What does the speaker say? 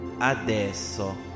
Adesso